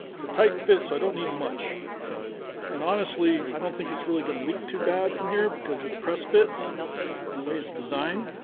it's a tight fit so i don't need much and honestly i don't think it's really gonna leak too bad from here because of the press fit and the way it's designed